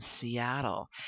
Seattle